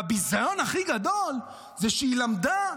והביזיון הכי גדול זה שהיא למדה,